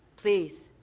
please.